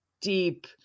deep